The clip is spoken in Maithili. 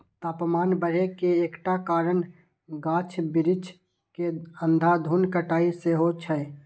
तापमान बढ़े के एकटा कारण गाछ बिरिछ के अंधाधुंध कटाइ सेहो छै